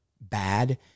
bad